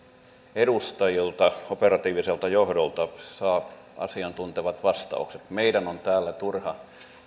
edustajilta operatiiviselta johdolta saa asiantuntevat vastaukset meidän on täällä turha